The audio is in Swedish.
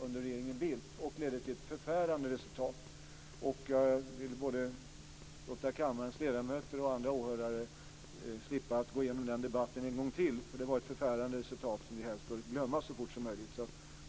under regeringen Bildt. De ledde till ett förfärande resultat. Jag vill låta kammarens ledamöter och andra åhörare slippa att gå igenom den debatten en gång till. Det var ett förfärande resultat som vi helst bör glömma så fort som möjligt.